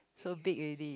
so big already